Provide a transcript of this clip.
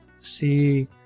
see